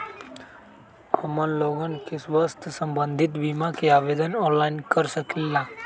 हमन लोगन के स्वास्थ्य संबंधित बिमा का आवेदन ऑनलाइन कर सकेला?